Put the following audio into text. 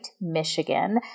Michigan